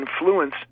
influence